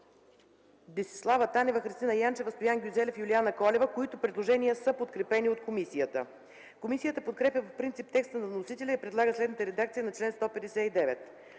Десислава Танева, Христина Янчева, Стоян Гюзелев и Юлиана Колева, подкрепени от комисията. Комисията подкрепя по принцип текста на вносителя и предлага следната редакция на чл. 159: